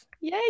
yay